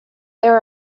there